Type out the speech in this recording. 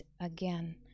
again